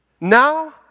now